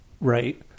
Right